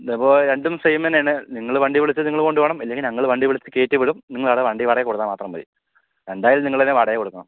അതിപ്പോൾ രണ്ടും സേയ്മന്നെയാണ് നിങ്ങള് വണ്ടി വിളിച്ചാൽ നിങ്ങള് കൊണ്ട് പോകണം അല്ലെങ്കിൽ ഞങ്ങള് വിളിച്ച് കയറ്റി വിടും നിങ്ങള് അവരുടെ വണ്ടി വാടക മാത്രം കൊടുത്താൽ മതി ആ എന്തായാലും നിങ്ങളുതന്നെ വാടക കൊടുക്കണം